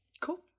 Cool